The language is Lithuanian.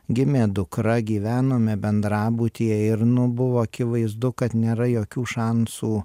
gimė dukra gyvenome bendrabutyje ir nu buvo akivaizdu kad nėra jokių šansų